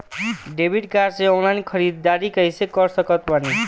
Debit card से online ख़रीदारी कैसे कर सकत बानी?